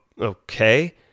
okay